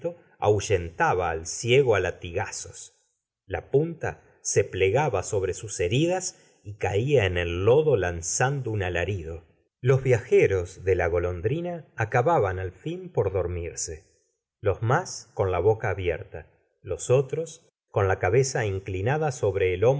ahuyentaba al ciego á latigazos la punta se plegaba sobre sus heridas y caía en el lodo lanzando un alarido los viajeros de la golondrina acababan al fin por dormirse los más con la boca abierta los otros con la cabeza inclinada sobre